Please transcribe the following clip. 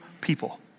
people